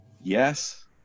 Yes